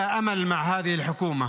(אומר דברים בשפה הערבית,